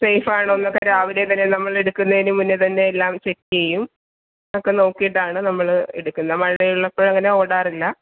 safe ആണോ എന്നൊക്കെ രാവിലെ തന്നെ നമ്മൾ എടുക്കുന്നതിനു മുന്നേ തന്നെ എല്ലാം ചക്കെയ്യും അതൊക്കെ നോക്കിയിട്ടാണ് നമ്മൾ എടുക്കുന്നത് മഴയുള്ളപ്പോൾ അങ്ങനെ ഓടാറില്ല